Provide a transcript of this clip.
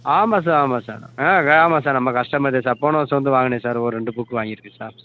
ஆமாம் சார் ஆமாம் சார் ஆ ஆமாம் சார் நம்ம கஸ்டமர்தான் சார் போன வருஷம் வந்து வாங்கினேன் சார் ஒரு ரெண்டு புக் வாங்கியிருக்கேன் சார்